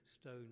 stone